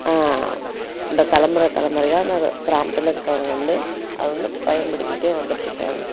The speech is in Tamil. இந்த தலைமுறை தலைமுறையாக அந்த கிராமத்தில் இருக்கிறவங்க வந்து அதை வந்து பயன்படுத்திகிட்டே வந்துட்டிருக்கறாங்க